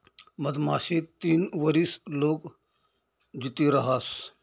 मधमाशी तीन वरीस लोग जित्ती रहास